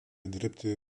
dirbti